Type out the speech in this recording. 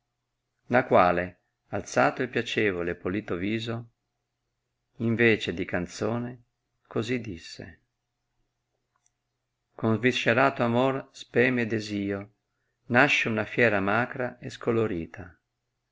la quale alzato il piacevole e polito viso in vece di canzone così disse con sviscerato amor speme e desio nasce una fiera macra e scolorita